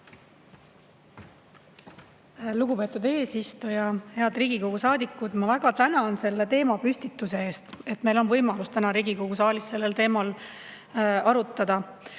Lugupeetud eesistuja! Head Riigikogu saadikud! Ma väga tänan selle teema püstituse eest ja et meil on võimalus täna Riigikogu saalis sellel teemal arutada. Enne